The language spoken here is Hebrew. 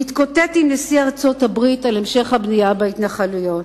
להתקוטט עם נשיא ארצות-הברית על המשך הבנייה בהתנחלויות.